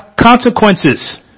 consequences